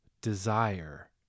desire